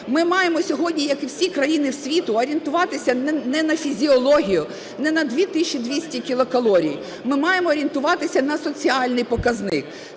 Ми маємо сьогодні, як і всі країни світу, орієнтуватися не на фізіологію, не на 2200 кілокалорій, ми маємо орієнтуватися на соціальний показник.